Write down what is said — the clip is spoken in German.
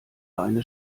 eine